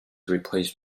replaced